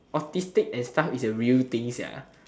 autistic and stuff is a real thing sia